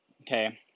okay